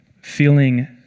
feeling